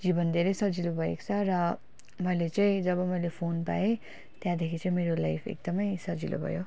जीवन धेरै सजिलो भएको छ र मैले चाहिँ जब मैले फोन पाएँ त्यहाँदेखि चाहिँ मेरो लाइफ एकदमै सजिलो भयो